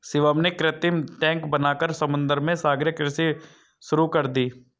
शिवम ने कृत्रिम टैंक बनाकर समुद्र में सागरीय कृषि शुरू कर दी